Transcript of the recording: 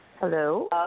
Hello